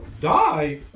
Die